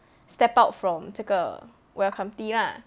step out from 这个 welcome tea lah